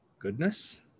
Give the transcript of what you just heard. goodness